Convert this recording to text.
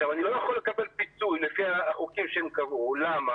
אלא שלפי החוקים שהם קבעו אני